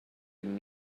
and